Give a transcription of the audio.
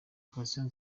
patient